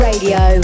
Radio